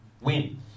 win